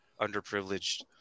underprivileged